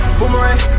boomerang